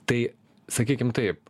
tai sakykim taip